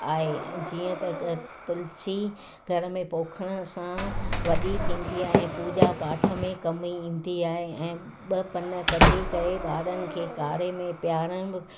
आहे जीअं त तुलिसी घर में पोखण सां वॾी थींदी ऐं पूॼा पाठ में कमु ईंदी आहे ऐं ॿ पन कढी करे ॿारनि खे काड़े में पियारणु